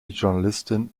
journalistin